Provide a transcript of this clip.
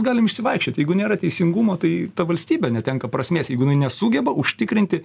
galim išsivaikščioti nėra teisingumo tai ta valstybė netenka prasmės jeigu nesugeba užtikrinti